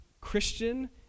Christian